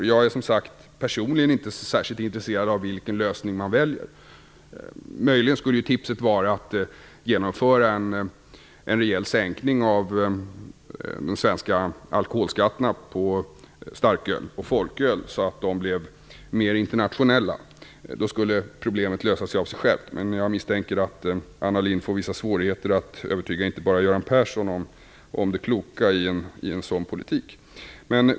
Personligen är jag, som sagt, inte särskilt intresserad av vilken lösning man väljer. Möjligen är ett tips från mig att genomföra en rejäl sänkning av de svenska alkoholskatterna på starköl och folköl så att de blir mer internationella. Då skulle problemet lösas av sig självt. Jag misstänker dock att Anna Lindh får vissa svårigheter när det gäller att övertyga t.ex. Göran Persson om det kloka i en sådan politik.